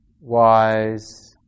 wise